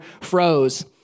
froze